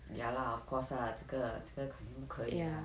ya lah of course lah 这个这个肯定不可以